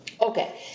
Okay